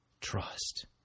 Trust